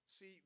see